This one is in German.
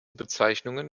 bezeichnungen